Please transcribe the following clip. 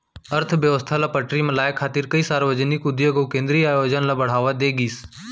अर्थबेवस्था ल पटरी म लाए खातिर कइ सार्वजनिक उद्योग अउ केंद्रीय आयोजन ल बड़हावा दे गिस